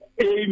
Amen